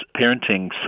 parenting